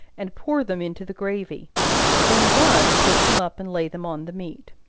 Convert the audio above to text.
and pour them into the gravy when done, take them up and lay them on the meat.